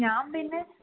ഞാൻ പിന്നെ